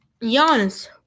Giannis